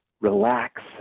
relax